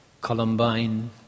Columbine